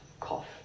cough